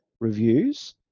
reviews